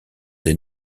des